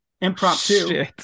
impromptu